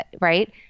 right